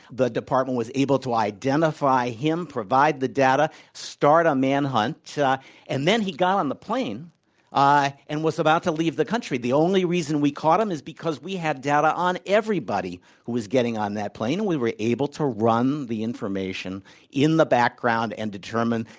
the department was able to identify him, provide the data, start a man hunt. and then he got on the plane and was about to leave the country. the only reason we caught him is because we had data on everybody who was getting on that plane, and we were able to run the information in the background and determine,